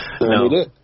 No